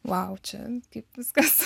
vau čia kaip viskas